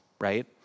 right